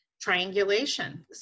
triangulation